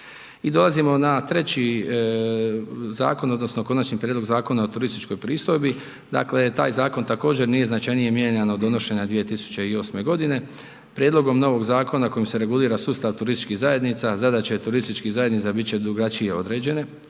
I dolazimo na treći zakon odnosno Konačni prijedlog Zakona o turističkoj pristojbi. Dakle, taj zakon također nije značajnije mijenjan od donošenja 2008. godine. Prijedlogom novog zakona kojim se regulira sustav turističkih zajednica, zadaće turističkih zajednica bit će drugačije određene,